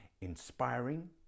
inspiring